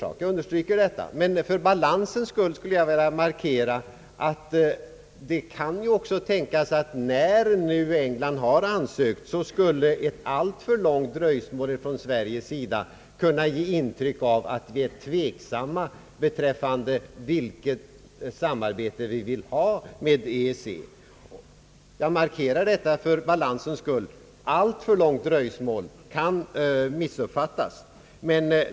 Jag vill understryka att detta är en svår sak, men för balansens skull vill jag i anslutning till mitt första inlägg markera att det också kan tänkas, att när nu England har ansökt skulle ett alltför långt dröjsmål från Sveriges sida kunna ge intryck av att vi är tveksamma beträffande vilket samarbete vi vill ha med EEC. Ett alltför långt dröjsmål kan missuppfattas.